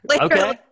Okay